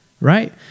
right